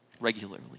regularly